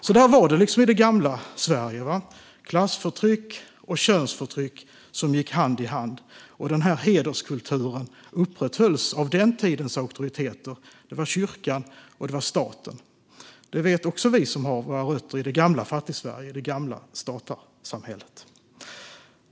Så var det i det gamla Sverige: klassförtryck och könsförtryck som gick hand i hand. Den hederskulturen upprätthölls av den tidens auktoriteter, nämligen kyrkan och staten. Det vet också vi som har våra rötter i det gamla Fattigsverige och det gamla statarsamhället.